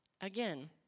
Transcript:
again